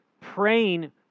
praying